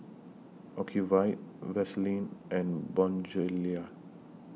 Ocuvite Vaselin and Bonjela